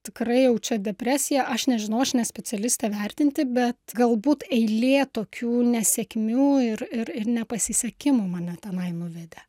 tikrai jau čia depresija aš nežinau aš ne specialistė vertinti bet galbūt eilė tokių nesėkmių ir ir ir nepasisekimų mane tenai nuvedė